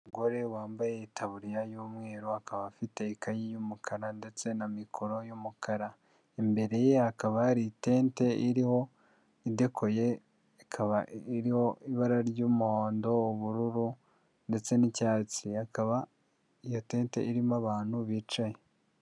Umugore wambaye taburiya y'umweru akaba afite ikayi y'umukara ndetse na mikoro y'umukara. Imbere ye hakaba hari itente iriho idekoye, ikaba iriho ibara ry'umuhondo, ubururu ndetse n'icyatsi. Akaba iyo tente irimo abantu bicaye.